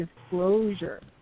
Disclosure